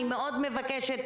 אני מאוד מבקשת,